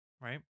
right